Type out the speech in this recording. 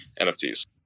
NFTs